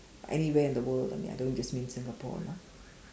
anywhere in the world I mean I don't just mean Singapore